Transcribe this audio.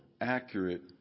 accurate